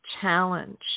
challenge